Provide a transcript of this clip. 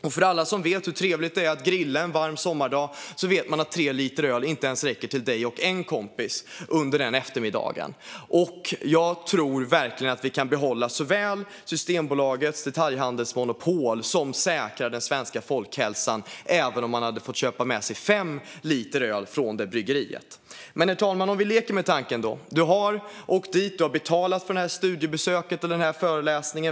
Alla som tycker att det är trevligt att grilla en varm sommardag vet att tre liter öl inte ens räcker till dig och en kompis under den eftermiddagen. Jag tror verkligen att vi både kan behålla Systembolagets detaljhandelsmonopol och säkra den svenska folkhälsan även om man får köpa med sig fem liter öl från bryggeriet. Herr talman! Vi kan leka med tanken att du har åkt dit och betalat för detta studiebesök och denna föreläsning.